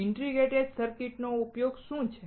integrated સર્કિટનો ઉપયોગ શું છે